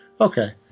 Okay